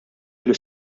ilu